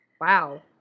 Wow